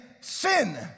sin